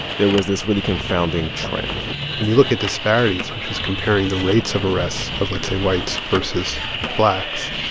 there was this really confounding trend when you look at disparities, which is comparing the rates of arrests of, let's say, whites versus blacks,